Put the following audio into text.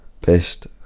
Pissed